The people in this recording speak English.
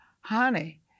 Honey